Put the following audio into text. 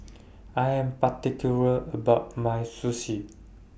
I Am particular about My Sushi